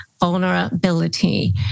vulnerability